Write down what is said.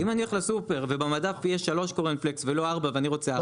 אם אני הולך לסופר ובמדף יש שלוש קורנפלקס ולא ארבע ואני רוצה ארבע?